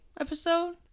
episode